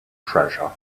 treasure